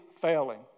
failing